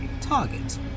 target